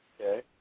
Okay